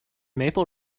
maple